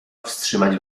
wstrzymać